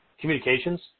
communications